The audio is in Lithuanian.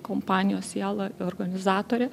kompanijos siela organizatorė